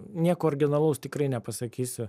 nieko originalaus tikrai nepasakysiu